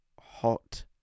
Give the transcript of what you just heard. hot